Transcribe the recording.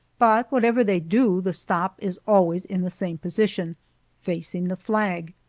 but whatever they do the stop is always in the same position facing the flag,